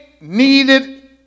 needed